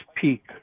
Peak